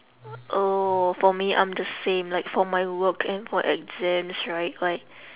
oh for me I'm the same like for my work and for exams right like